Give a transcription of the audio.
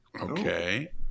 Okay